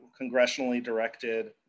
congressionally-directed